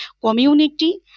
community